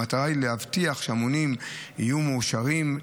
המטרה היא להבטיח שהמונים יהיו מאושרים,